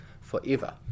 forever